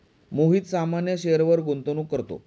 मोहित सामान्य शेअरवर गुंतवणूक करतो